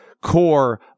core